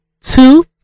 Two